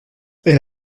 elle